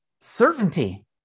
certainty